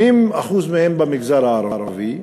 80% מהם במגזר הערבי.